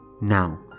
now